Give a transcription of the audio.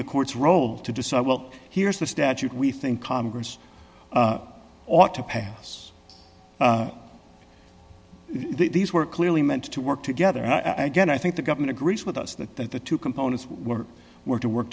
the court's role to decide well here's the statute we think congress ought to pass these were clearly meant to work together again i think the government agrees with us that that the two components work work to work